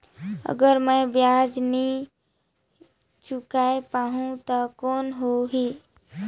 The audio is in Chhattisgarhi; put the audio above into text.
अगर मै ब्याज नी चुकाय पाहुं ता कौन हो ही?